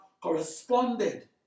corresponded